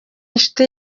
inshuti